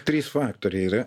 trys faktoriai yra